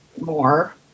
more